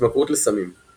התמכרות לסמים –